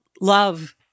love